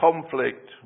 conflict